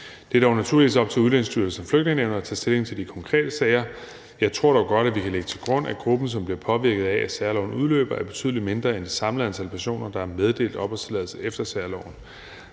Det er dog naturligvis op til Udlændingestyrelsen og Flygtningenævnet at tage stilling til de konkrete sager. Jeg tror godt, vi kan slå fast, at gruppen, som bliver påvirket af, at særloven udløber, er betydelig mindre end det samlede antal personer, der er meddelt opholdstilladelse efter særloven.